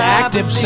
active